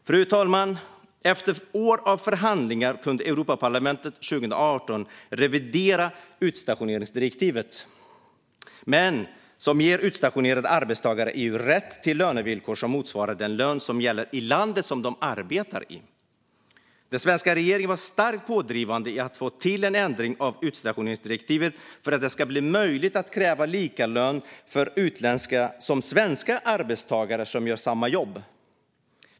Fru talman! Efter år av förhandlingar kunde Europaparlamentet 2018 revidera utstationeringsdirektivet som nu ger utstationerade arbetstagare i EU rätt till lönevillkor som motsvarar den lön som gäller i det land där de arbetar. Den svenska regeringen var starkt pådrivande i att få till en ändring av utstationeringsdirektivet så att det ska vara möjligt att kräva lika lön för utländska och svenska arbetstagare som gör samma jobb.